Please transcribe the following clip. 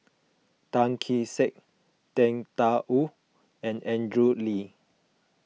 Tan Kee Sek Tang Da Wu and Andrew Lee